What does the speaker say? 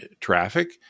traffic